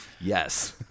yes